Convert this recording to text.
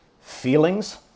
feelings